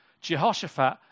Jehoshaphat